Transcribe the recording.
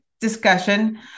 discussion